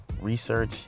research